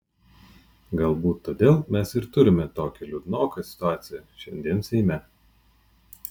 galbūt todėl mes ir turime tokią liūdnoką situaciją šiandien seime